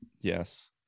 Yes